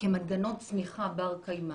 הם מנגנון צמיחה בר קיימא,